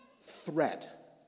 threat